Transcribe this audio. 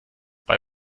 bei